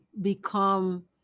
become